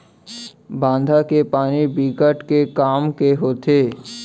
बांधा के पानी बिकट के काम के होथे